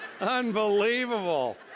Unbelievable